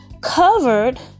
covered